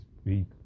speak